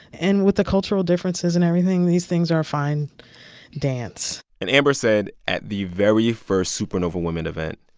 and with the cultural differences and everything, these things are a fine dance and amber said, at the very first supernova women event,